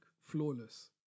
flawless